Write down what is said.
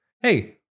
Hey